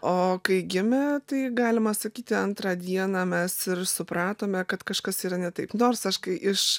o kai gimė tai galima sakyti antrą dieną mes ir supratome kad kažkas yra ne taip nors aš kai iš